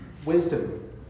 Wisdom